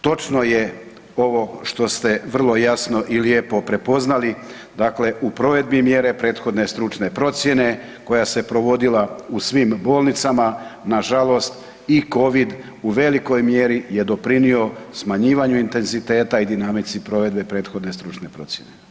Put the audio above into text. Točno je ovo što ste vrlo jasno i lijepo prepoznali, dakle u provedbi mjere prethodne stručne procjene koja se provodila u svim bolnicama, nažalost i COVID u velikoj mjeri doprinio smanjivanju intenziteta i dinamici provedbe prethodne stručne procjene.